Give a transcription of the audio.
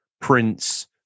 Prince